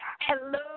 Hello